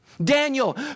Daniel